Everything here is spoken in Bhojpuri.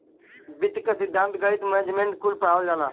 वित्त क सिद्धान्त, गणित, मैनेजमेंट कुल पढ़ावल जाला